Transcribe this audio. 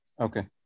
okay